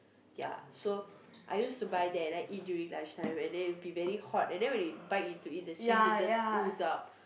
ya so I used to buy there and then I eat during lunch time and then it will be very hot and I bite into that and the cheese it just ooze out